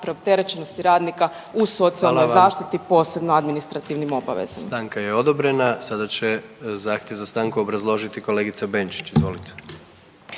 preopterećenosti radnika u socijalnoj zaštiti posebno administrativnim obvezama. **Jandroković, Gordan (HDZ)** Hvala. Stanka je odobrena. Sada će zahtjev za stanku obrazložiti kolegica Benčić, izvolite.